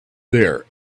there